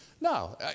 No